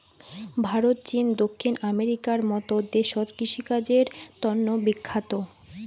ভারত, চীন, দক্ষিণ আমেরিকার মত দেশত কৃষিকাজের তন্ন বিখ্যাত